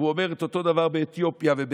הוא אומר את אותו דבר באתיופיה, בתימן,